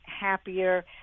happier